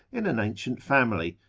in an ancient family,